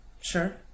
Sure